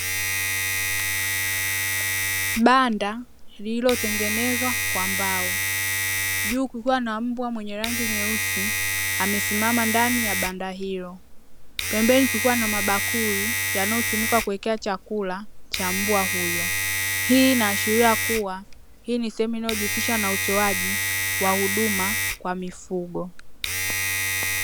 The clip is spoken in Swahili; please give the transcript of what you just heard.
Banda lililotengenezwa kwa mbao, juu kukiwa na mbwa mwenye rangi nyeusi amesimama ndani ya banda hilo. Pembeni kukiwa na mabakuli yanayotumika kuwekea chakula, cha mbwa huyo. Hii inaashiria kuwa, hii ni sehemu inayojihusisha na utoaji wa huduma kwa mifugo.